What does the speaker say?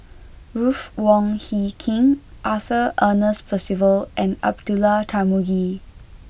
Ruth Wong Hie King Arthur Ernest Percival and Abdullah Tarmugi